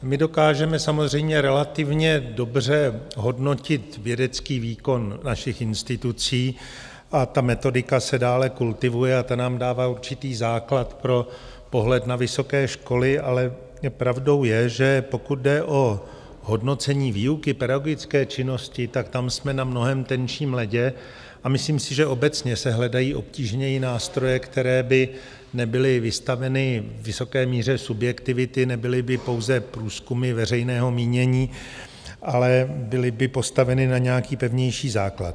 My dokážeme samozřejmě relativně dobře hodnotit vědecký výkon našich institucí a ta metodika se dále kultivuje a ta nám dává určitý základ pro pohled na vysoké školy, ale pravdou je, že pokud jde o hodnocení výuky, pedagogické činnosti, tam jsme na mnohem tenčím ledě, a myslím si, že obecně se hledají obtížněji nástroje, které by nebyly vystaveny vysoké míře subjektivity, nebyly by pouze průzkumy veřejného mínění, ale byly by postaveny na nějaký pevnější základ.